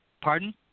Pardon